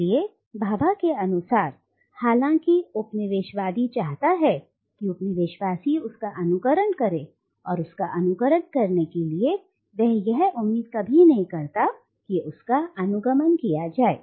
इसलिए भाभा के अनुसार हालांकि उपनिवेशवादी चाहता है कि उपनिवेश वासी उसका अनुकरण करें और उसका अनुकरण करने के लिए वह यह उम्मीद कभी नहीं करता कि उसका अनुगमन किया जाए